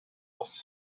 auf